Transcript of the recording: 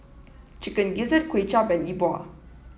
Chicken Gizzard Kuay Chap and Yi Bua